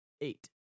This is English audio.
eight